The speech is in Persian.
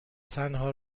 تنها